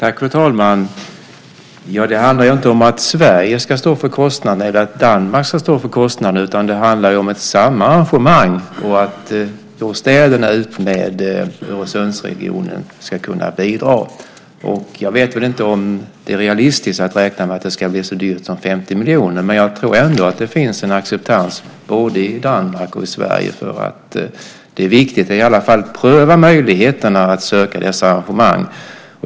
Fru talman! Det handlar inte om att Sverige eller Danmark ska stå för kostnaden, utan det handlar ju om ett samarrangemang och att städerna i Öresundsregionen ska kunna bidra. Jag vet inte om det är realistiskt att räkna med att det ska bli så dyrt som 50 miljoner. Men jag tror ändå att det finns en acceptans, både i Danmark och i Sverige, för att det är viktigt att i alla fall pröva möjligheten att söka detta arrangemang.